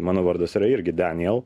mano vardas yra irgi denijel